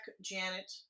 Janet